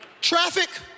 Traffic